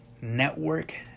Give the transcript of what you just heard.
network